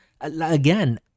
Again